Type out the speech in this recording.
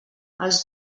els